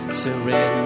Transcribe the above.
surrender